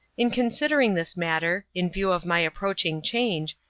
in considering this matter, in view of my approaching change,